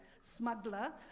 smuggler